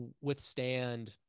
withstand